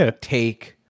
take